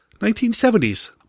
1970s